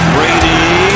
Brady